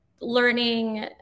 learning